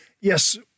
Yes